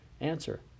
Answer